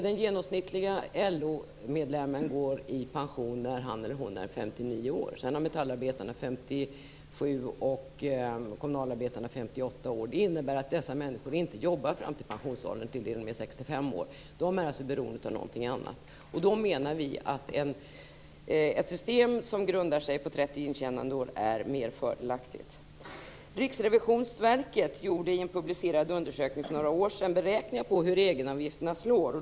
Den genomsnittlige LO-medlemmen går i pension när han eller hon är 59 år. Metallarbetarna kan vara 57 och kommunalarbetarna 58 år. Det innebär att dessa människor inte jobbar fram till pensionsåldern, till dess de är 65 år. De är alltså beroende av någonting annat. Då menar vi att ett system som grundar sig på 30 intjänandeår är mer fördelaktigt. Riksrevisionsverket gjorde i en publicerad undersökning för några år sedan beräkningar på hur egenavgifterna slår.